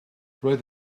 roedd